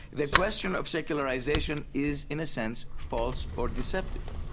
the question of secularisation is in a sense false or deceptive,